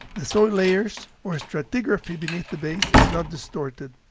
the soil layers or stratigraphy beneath the bays is not distorted.